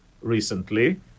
recently